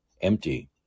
empty